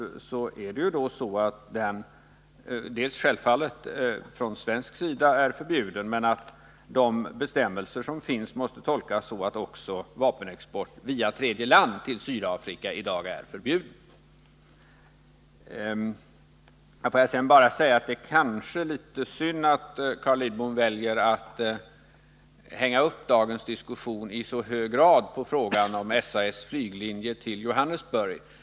är sådan export från svensk sida självfallet förbjuden. Men de bestämmelser som finns måste tolkas så att.också vapenexport via tredje land till Sydafrika i Får jag sedan bara säga att det kanske är litet synd att Carl Lidbom väljer att hänga upp dagens diskussion i så hög grad på frågan om SAS flyglinje till Johannesburg.